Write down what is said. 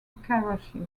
karachi